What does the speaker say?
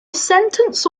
sentence